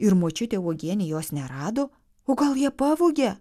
ir močiutė uogienė jos nerado o gal ją pavogė